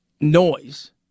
noise